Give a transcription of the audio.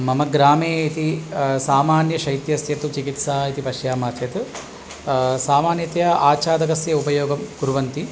मम ग्रामे इति सामान्य शैत्यस्य तु चिकित्सा इति पश्यामः चेत् सामन्यतया आच्छादनस्य उपयोगं कुर्वन्ति